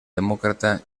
demócrata